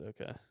okay